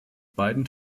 beiden